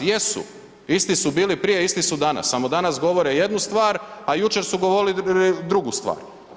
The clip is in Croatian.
Jesu, isti su bili prije, isti su danas samo danas govore jednu stvar, a jučer su govorili drugu stvar.